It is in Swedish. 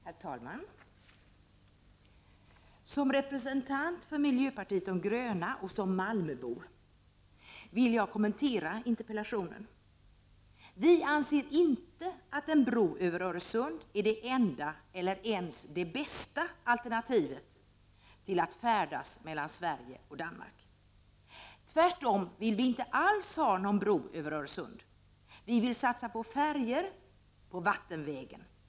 Herr talman! Som representant för miljöpartiet de gröna och som malmöbo vill jag kommentera interpellationen. Vi anser inte att en bro över Öresund är det enda eller ens det bästa alternativet att färdas mellan Sverige och Danmark. Tvärtom vill vi inte alls ha någon bro över Öresund. Vi vill satsa på färjor, på vattenvägen.